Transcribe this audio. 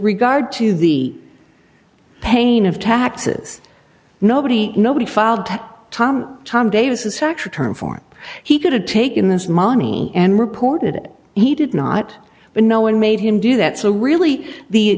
regard to the pain of taxes nobody nobody filed to tom tom davis actually turned for he could have taken this money and reported it he did not but no one made him do that so really the